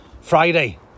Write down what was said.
Friday